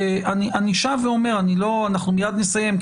אני שב ואומר אנחנו מייד נסיים,